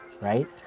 right